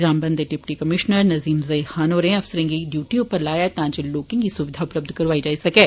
रामबन दे deputy commissioner Nazim Zai Khan होरें अफसरें गी डियूटी उप्पर लाया ऐ तां जे लोकें गी सुविधा उपलब्ध करोआई जाई सकै